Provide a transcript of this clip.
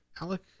Alec